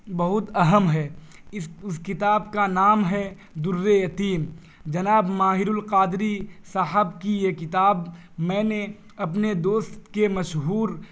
بہت اہم ہے اس اس کتاب کا نام ہے درِّ یتیم جناب ماہر القادری صاحب کی یہ کتاب میں نے اپنے دوست کے مشہور